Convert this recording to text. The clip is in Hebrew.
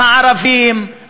את הערבים,